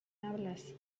hablas